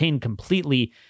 completely